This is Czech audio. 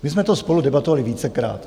My jsme to spolu debatovali vícekrát.